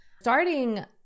Starting